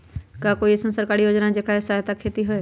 का कोई अईसन सरकारी योजना है जेकरा सहायता से खेती होय?